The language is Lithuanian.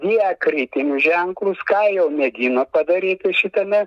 diakritinius ženklus ką jau mėgino padaryti šitame